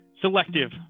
selective